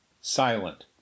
silent